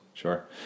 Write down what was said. Sure